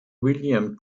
william